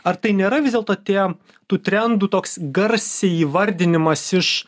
ar tai nėra vis dėlto tie tų trendų toks garsiai įvardinimas iš